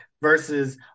Versus